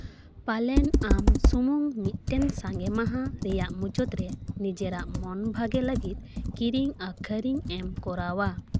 ᱯᱟᱞᱮᱱ ᱟᱢ ᱥᱩᱢᱩᱝ ᱢᱤᱫᱴᱮᱱ ᱥᱤᱸᱜᱮ ᱢᱟᱦᱟ ᱨᱮᱭᱟᱜ ᱢᱩᱪᱟᱹᱫ ᱨᱮ ᱱᱤᱡᱮᱨᱟᱜ ᱢᱚᱱ ᱵᱷᱟᱹᱜᱤ ᱞᱟᱹᱜᱤᱫ ᱠᱤᱨᱤᱧ ᱟᱹᱠᱷᱨᱤᱧ ᱮᱢ ᱠᱚᱨᱟᱣᱟ